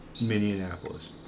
Minneapolis